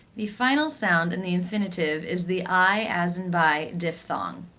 the final sound in the infinitive is the ai as in buy diphthong.